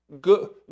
good